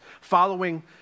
Following